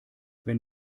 wenn